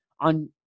on